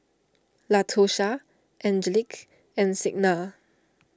Latosha Angelic and Signa